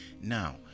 Now